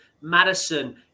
Madison